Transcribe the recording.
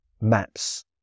maps